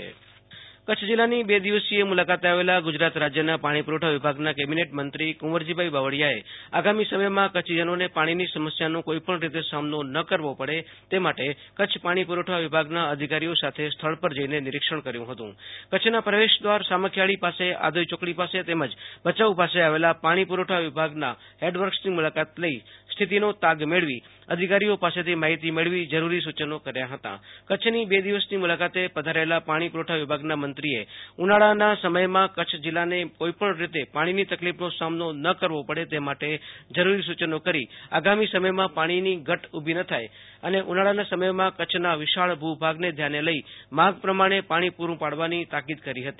આશુ તોષ અંતાણી રાજયમંત્રી કચ્છ મુલાકાત કચ્છ જિલ્લાની બે દિવસીય મુલાકાતે આવેલા ગુજરાત રાજ્યના પાણી પુ રવઠા વિભાગના કેબિનેટ મંત્રી કુંવરજીભાઇ બાવળીયાએ આગામી સમયમાં કચ્છીજનોને પાણીની સમસ્યાનો કોઇપણ રીતે સામનો ન કરવો પડે તે માટે કચ્છ પાણી પુરવઠા વિભાગના અધિકારીઓ સાથે સ્થળ પર જઇને નિરીક્ષણ કર્યું હતું કચ્છના પ્રવેશદ્વાર સામખીયારી પાસે આધોઇ યોકડી તેમજ ભયાઉ પાસે આવેલા પાણી પુ રવઠા વિભાગના હેડવર્કસની મુલાકાત લઇ સ્થિતિનો તાગ મેળવી અધિકારીઓ પાસેથી માહિતી મેળવી જરૂરી સુ યનો કર્યા હતા કચ્છની બે દિવસની મુલાકાતે પધારેલા પાણી પુ રવઠા વિભાગના મંત્રીએ ઉનાળાના સમયમાં કચ્છ જિલ્લાને કોઇપણ રીતે પાણીની તકલીફનો સામનો ન કરવો પડે તે માટે જરૂરી સુ યનો કરી આગામી સમયમાં પાણીની ઘટ ઉભી ન થાય અને ઉનાળાના સમયમાં કચ્છના વિશાળ ભૂ ભાગને ધ્યાને લઇ માંગ પ્રમાણે પાણી પૂ રૂ પાડવાની તાકીદ કરી હતી